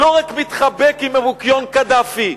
לא רק מתחבק עם המוקיון קדאפי,